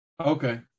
Okay